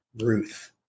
Ruth